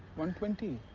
one twenty.